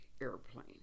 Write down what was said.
airplane